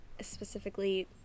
specifically